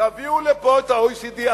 תביאו לפה את ה-OECD.